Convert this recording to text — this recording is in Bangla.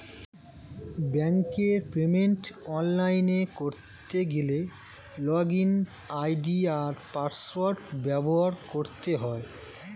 ব্যাঙ্কের পেমেন্ট অনলাইনে করতে গেলে লগইন আই.ডি আর পাসওয়ার্ড ব্যবহার করতে হয়